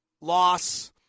loss